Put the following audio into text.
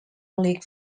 league